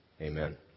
Amen